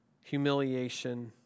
humiliation